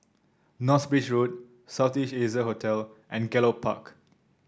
North Bridge Road South East Asia Hotel and Gallop Park